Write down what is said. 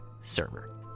server